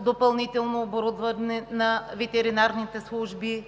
допълнително оборудване на ветеринарните служби.